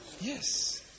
Yes